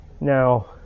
now